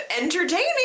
entertaining